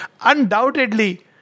Undoubtedly